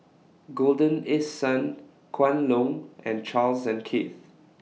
Golden East Sun Kwan Loong and Charles and Keith